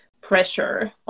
pressure